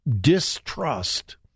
distrust